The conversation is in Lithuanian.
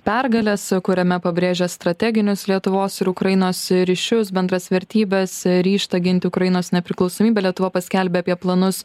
pergalės kuriame pabrėžia strateginius lietuvos ir ukrainos ryšius bendras vertybes ryžtą ginti ukrainos nepriklausomybę lietuva paskelbė apie planus